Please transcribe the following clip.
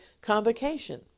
convocation